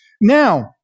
Now